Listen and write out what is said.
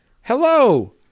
hello